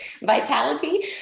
Vitality